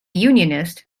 unionist